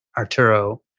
arturo,